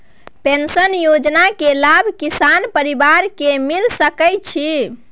Pension योजना के लाभ किसान परिवार के मिल सके छिए?